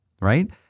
right